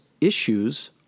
issues